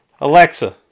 Alexa